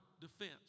defense